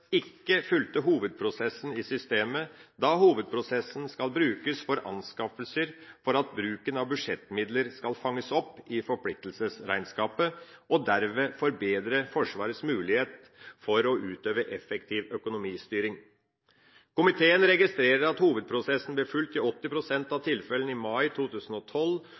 ikke fulgte hovedprosessen i systemet, da hovedprosessen skal brukes for anskaffelser for at bruken av budsjettmidler skal fanges opp i forpliktelsesregnskapet, og dermed forbedre Forsvarets mulighet for å utøve effektiv økonomistyring. Komiteen registrerer at hovedprosessen ble fulgt i 80 pst. av tilfellene i mai 2012.